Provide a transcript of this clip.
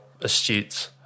astute